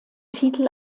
titel